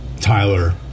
Tyler